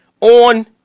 on